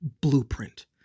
blueprint